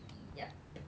yup